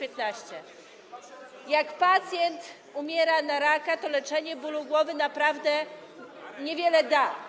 Jeżeli pacjent umiera na raka, to leczenie bólu głowy naprawdę niewiele da.